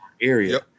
area